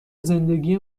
زندگی